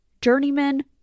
Journeyman